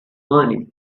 money